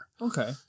Okay